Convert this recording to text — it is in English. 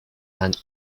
and